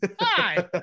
Hi